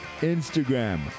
instagram